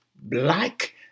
black